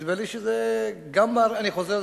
אני חוזר,